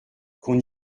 qu’on